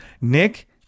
Nick